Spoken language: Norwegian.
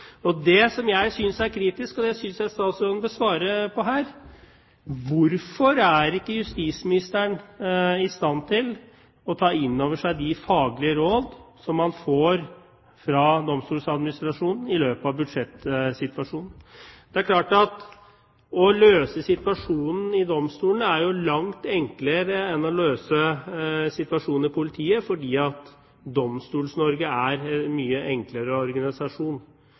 osv. Det som jeg synes er kritisk, og det synes jeg at statsråden bør svare på her, er hvorfor justisministeren ikke er i stand til å ta inn over seg de faglige råd som man får fra Domstoladministrasjonen om budsjettsituasjonen. Det er klart at det å løse situasjonen i domstolene er langt enklere enn å løse situasjonen i politiet, fordi Domstol-Norge er en mye enklere organisasjon.